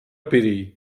pity